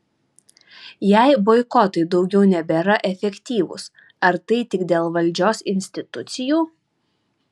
jei boikotai daugiau nebėra efektyvūs ar tai tik dėl valdžios institucijų